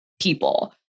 people